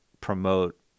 promote